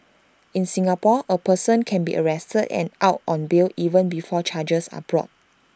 in Singapore A person can be arrested and out on bail even before charges are brought